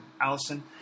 Allison